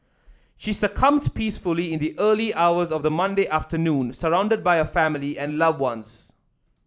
she succumbed peacefully in the early hours of the Monday afternoon surrounded by her family and loved ones